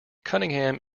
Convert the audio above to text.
cunningham